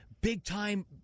big-time